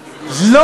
הכלכלנים,